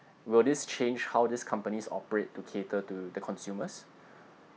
will this change how these companies operate to cater to the consumers